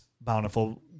bountiful